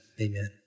Amen